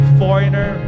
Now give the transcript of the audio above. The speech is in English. foreigner